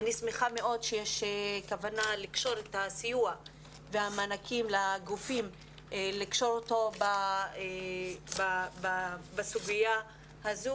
אני שמחה מאוד שיש כוונה לקשור את הסיוע והמענקים לגופים בסוגיה הזו.